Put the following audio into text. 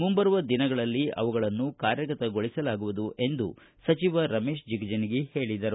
ಮುಂಬರುವ ದಿನಗಳಲ್ಲಿ ಅವುಗಳನ್ನು ಕಾರ್ಯಗತಗೊಳಿಸಲಾಗುವುದು ಎಂದು ಸಚಿವ ರಮೇಶ್ ಜಿಗಜಿಣಗಿ ಹೇಳಿದರು